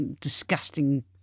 disgusting